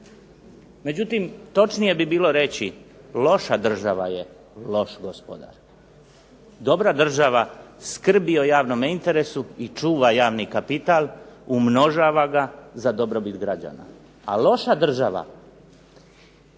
međutim točnije bi bilo reći loša država je loš gospodar. Dobra država skrbi o javnome interesu i čuva javni kapital, umnožava ga za dobrobit građana, a loša država